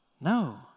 no